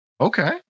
Okay